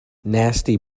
nasty